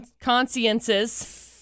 Consciences